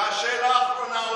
והשאלה האחרונה,